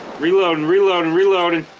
reloading reloading reloading